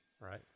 Right